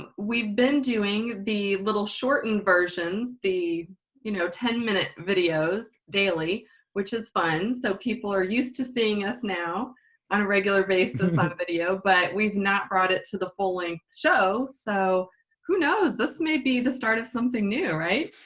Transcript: ah we've been doing the little shortened versions, the you know ten minute videos daily which is fun. so people are used to seeing us now on a regular basis on video, but we've not brought it to the full length show. so who knows this may be the start of something new, right?